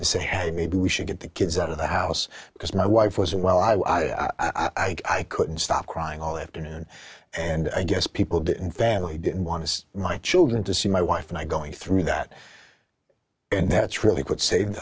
to say i had maybe we should get the kids out of the house because my wife was unwell i was i couldn't stop crying all afternoon and i guess people didn't family didn't want to see my children to see my wife and i going through that and that's really what save